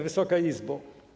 Wysoka Izbo!